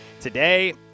Today